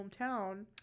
hometown